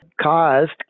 caused